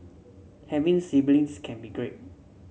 having siblings can be great